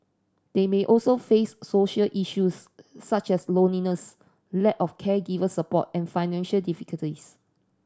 they may also face social issues such as loneliness lack of caregiver support and financial difficulties